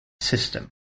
system